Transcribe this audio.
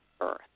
earth